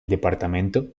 departamento